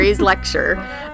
lecture